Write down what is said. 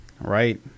right